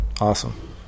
Awesome